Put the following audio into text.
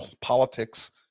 politics